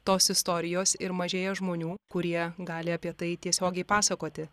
tos istorijos ir mažėja žmonių kurie gali apie tai tiesiogiai pasakoti